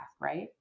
right